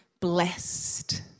blessed